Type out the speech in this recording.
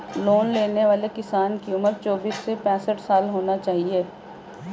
loan लेने वाले किसान की उम्र चौबीस से पैंसठ साल होना चाहिए